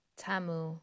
tamu